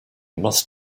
must